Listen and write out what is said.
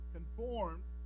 Conformed